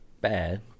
bad